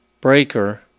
Breaker